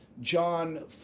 John